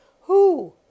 Who